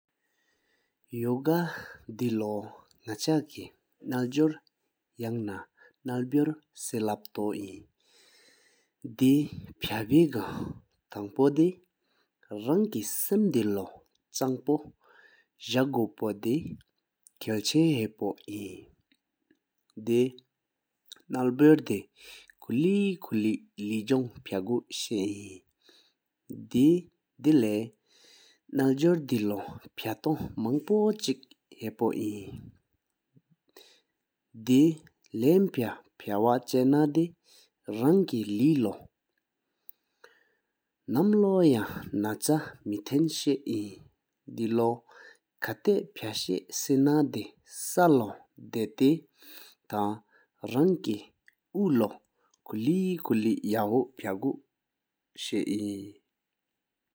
ཡོ་ག་དེ་ལོ་ནག་ཅ་ཀེ་ནལ་ཇོར་ཡང་ན་རྣལ་བྱོར་སེ་ལབ་ཏོ་ཨིན། དེ་པ་བེ་གང་ཐང་ཕུ་དེ་རང་ཀེ་སམ་དེ་ལོ་གཅང་པོ་ཇ་གོ་པོ་དེ་ཁལ་ཆེན་ཧ་པོ་ཨིན། དེ་ནལ་ཇོར་སེ་ཁུ་ལེ་ཁུ་ལེ་ལེ་འཇོང་ཕ་གོ་ཤ་ཨིན། དེ་ལེགས་ནལ་ཇོར་དེ་ལོ་ཕ་སྟོང་མང་པོའི་ཆིག་ཧ་པོ་ཨིན། དེ་ལམ་ཕ་ཕ་བ་ཅ་ན་དེ་རང་ཀེ་ལེ་ལོ་ནམ་ལོ་ཡང་ན་ཅ་མེ་ཐན་ཤ་ཨིན། དེ་ལོ་ཁ་བཏགས་པ་དེ་ལ་ས་ལོ་ད་ཏི་ཐང་རང་ཀེ་ཨའུག་ལོ་ཁུ་ལེ་ཁུ་ལེ་ཡ་ཧུ་ཕ་གུ་ཤ་ཨིན།